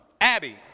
Abby